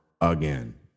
again